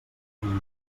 vinya